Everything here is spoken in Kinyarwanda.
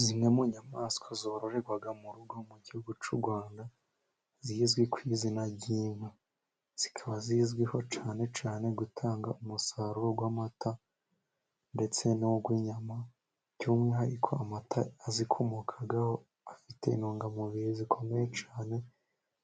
Zimwe mu nyamaswa zororerwa mu rugo mu gihugu cy'u Rwanda zizwi ku izina ry'inka, zikaba zizwiho cyane cyane gutanga umusaruro w'amata ndetse n'uwo inyama, by'umwihariko amata azikomokaho afite intungamubiri zikomeye cyane